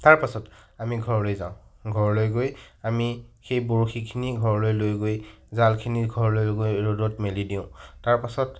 তাৰ পাছত আমি ঘৰলৈ যাওঁ ঘৰলৈ গৈ আমি সেই বৰশীখিনি ঘৰলৈ লৈ গৈ জালখিনি ঘৰলৈ গৈ ৰ'দত মেলি দিওঁ তাৰ পাছত